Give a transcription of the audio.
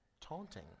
taunting